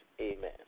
Amen